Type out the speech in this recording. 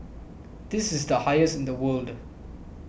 this is the highest in the world